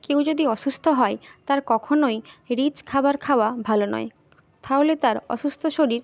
কেউ যদি অসুস্থ হয় তার কখনোই রিচ খাবার খাওয়া ভালো নয় তাহলে তার অসুস্থ শরীর